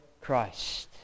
Christ